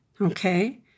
okay